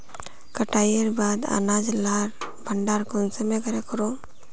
कटाईर बाद अनाज लार भण्डार कुंसम करे करूम?